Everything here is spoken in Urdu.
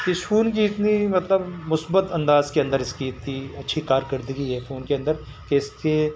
اس فون کی اتنی مطلب مثبت انداز کے اندر اس کی اتنی اچھی کارکردگی ہے فون کے اندر کہ اس کے